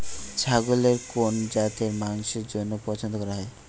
ছাগলের কোন জাতের মাংসের জন্য পছন্দ করা হয়?